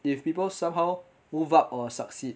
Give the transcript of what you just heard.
if people somehow move up or succeed